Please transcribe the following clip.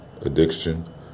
addiction